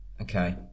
Okay